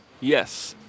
Yes